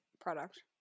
product